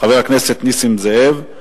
חבר הכנסת נסים זאב.